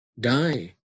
die